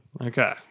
Okay